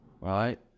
right